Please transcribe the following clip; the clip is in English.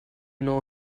know